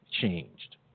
changed